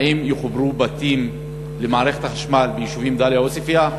האם יחוברו בתים למערכת החשמל ביישובים דאליה ועוספיא?